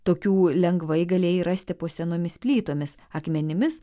tokių lengvai galėjai rasti po senomis plytomis akmenimis